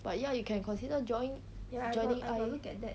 but ya you can consider join joining eye